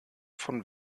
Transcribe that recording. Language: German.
von